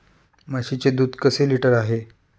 म्हशीचे दूध कसे लिटर आहे?